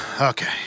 okay